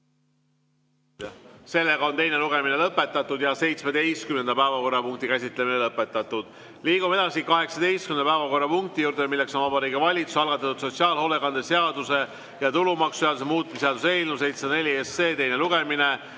lõpetada. Teine lugemine on lõpetatud ja ka 17. päevakorrapunkti käsitlemine on lõpetatud. Liigume edasi 18. päevakorrapunkti juurde. See on Vabariigi Valitsuse algatatud sotsiaalhoolekande seaduse ja tulumaksuseaduse muutmise seaduse eelnõu 704 teine lugemine.